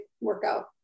workout